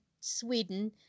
Sweden